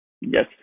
Yes